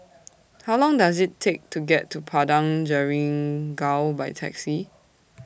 How Long Does IT Take to get to Padang Jeringau By Taxi